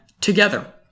together